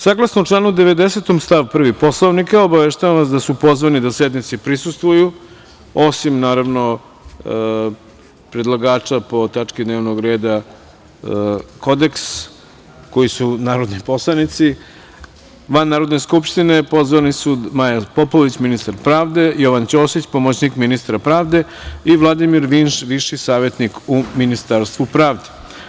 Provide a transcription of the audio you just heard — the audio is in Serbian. Saglasno članu 90. stav 1. Poslovnika, obaveštavam vas da su pozvani da sednici prisustvuju, osim predlagača po tački dnevnog reda Kodeks, koji su narodni poslanici, van Narodne skupštine pozvani su Maja Popović, ministar pravde, Jovan Ćosić, pomoćnik ministra pravde i Vladimir Vinš, viši savetnik u Ministarstvu pravde.